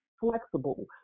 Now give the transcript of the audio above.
flexible